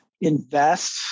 invest